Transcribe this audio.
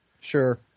Sure